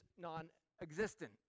non-existent